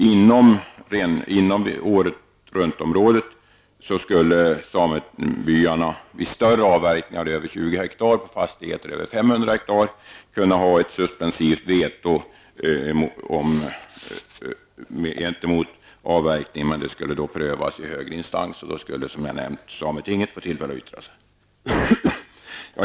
Inom året-runt-området skulle samebyarna vid större avverkningar på över 20 hektar på fastigheter över 500 hektar kunna ha ett suspensivt veto gentemot avverkningen. Men detta skulle då prövas i högre instans, och sametinget skulle då, som jag har nämnt, få tillfälle att yttra sig.